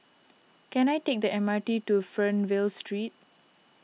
can I take the M R T to Fernvale Street